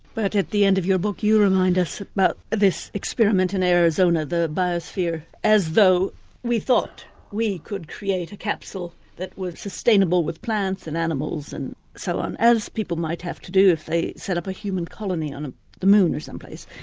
but at the end of your book you remind us about this experiment in arizona, the arizona, the biosphere, as though we thought we could create a capsule that was sustainable, with plants and animals and so on, as people might have to do if they set up a human colony on ah the moon or someplace.